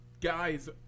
guys